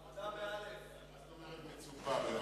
מה זאת אומרת "מצופה"?